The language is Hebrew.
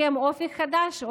הסכם אופק חדש,